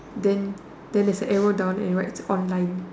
then there's a arrow down and right its online